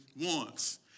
wants